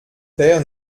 père